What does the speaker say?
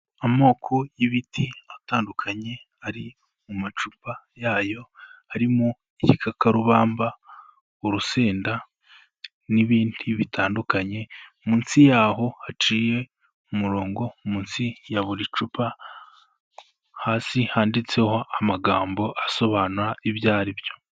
Amoko y'ibiti atandukanye, ari mu macupa yayo, harimo igikakarubamba, urusenda n'ibindi bitandukanye, munsi yaho haciye umurongo munsi ya buri cupa, hasi handitseho amagambo asobanura ibyo ari byo.